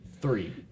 three